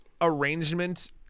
arrangement